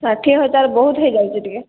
ଷାଠିଏ ହଜାର ବହୁତ ହୋଇଯାଉଛି ଟିକେ